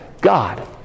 God